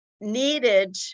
needed